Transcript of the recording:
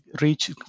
reach